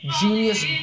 genius